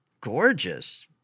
gorgeous